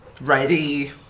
ready